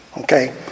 Okay